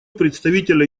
представителя